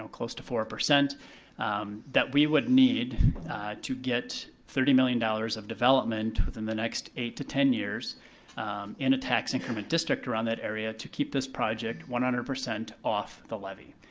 um close to four, that we would need to get thirty million dollars of development within the next eight to ten years in a tax increment district around that area to keep this project one hundred percent off the levy.